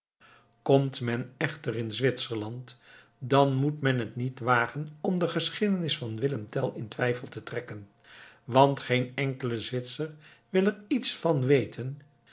komt men echter in zwitserland dan moet men het niet wagen om de geschiedenis van willem tell in twijfel te trekken want geen enkele zwitser wil er iets van weten